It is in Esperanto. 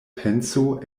penso